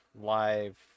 live